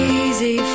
easy